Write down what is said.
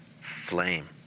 flame